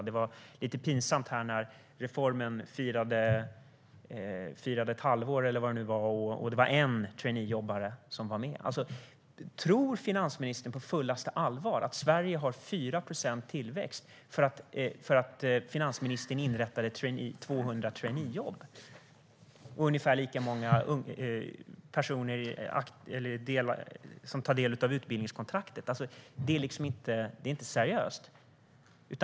Det var lite pinsamt när reformen firade ett halvår - eller vad det nu var - och det var en traineejobbare som var med och firade. Tror finansministern på fullaste allvar att Sverige har en tillväxt på 4 procent för att finansministern inrättade 200 traineejobb och för att det är ungefär lika många som tar del av utbildningskontraktet? Det är inte seriöst.